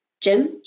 Jim